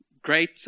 great